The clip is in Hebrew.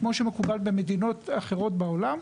כמו שמקובל במדינות אחרות בעולם.